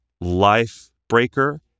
life-breaker